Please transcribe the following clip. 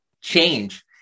change